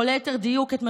ואמרו לו: תוריד.